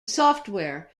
software